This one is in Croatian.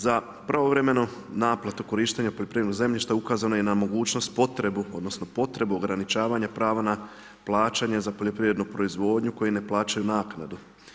Za pravovremenu naplatu korištenja poljoprivrednog zemljišta ukazano je i na mogućnost potrebu, odnosno, potrebu ograničavanja prava na plaćanje za poljoprivrednu proizvodnju, koji ne plaćaju naknadu.